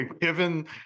Given